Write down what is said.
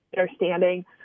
understanding